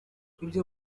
ibyo